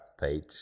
page